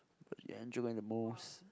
but you enjoying the most